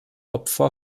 opfer